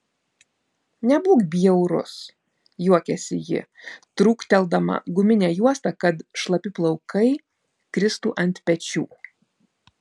nebūk bjaurus juokiasi ji trūkteldama guminę juostą kad šlapi plaukai kristų ant pečių